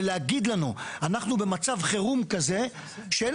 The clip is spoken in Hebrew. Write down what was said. ולהגיד לנו אנחנו במצב חירום כזה שאין